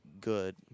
good